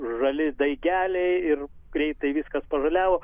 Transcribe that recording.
žali daigeliai ir greitai viskas pažaliavo